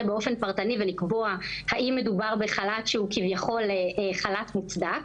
באופן פרטני ולקבוע אם מדובר בחל"ת שהוא כביכול חל"ת מוצדק,